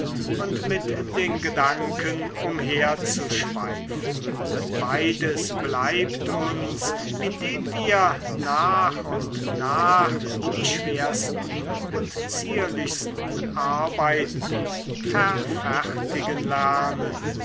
und mit den gedanken umherzuschweifen beides bleibt uns indem wir nach und nach die schwersten und zierlichsten arbeiten verfertigen lernen